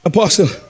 Apostle